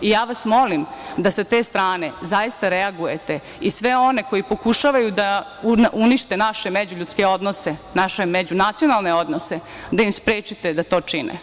Ja vas molim da sa te strane zaista reagujete i sve one koji pokušavaju da unište naše međuljudske odnose, naše međunacionalne odnose, da im sprečite da to čine.